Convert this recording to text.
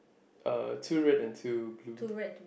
uh two red and two blue